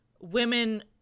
women